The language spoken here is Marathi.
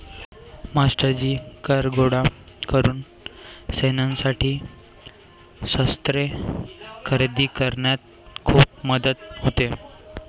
मास्टरजी कर गोळा करून सैन्यासाठी शस्त्रे खरेदी करण्यात खूप मदत होते